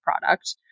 product